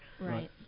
Right